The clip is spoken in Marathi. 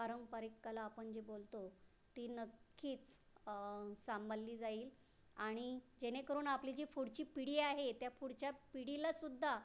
पारंपरिक कला आपण जी बोलतो ती नक्कीच सांभाळली जाईल आणि जेणेकरून आपली जी पुढची पिढी आहे त्या पुढच्या पिढीलासुद्धा